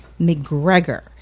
McGregor